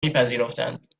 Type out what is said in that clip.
میپذیرفتند